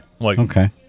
Okay